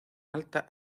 alta